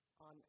on